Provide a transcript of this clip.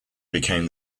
become